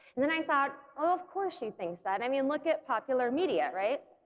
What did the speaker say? and then i thought oh of course she thinks that, i mean look at popular media right?